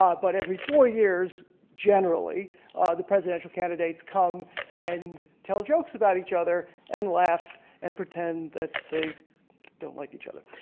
um but every four years generally the presidential candidates come and tell jokes about each other and laugh and pretend that they don't like each other.